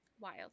wild